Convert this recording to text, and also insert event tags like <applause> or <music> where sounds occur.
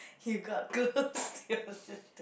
you got close <laughs> to your sister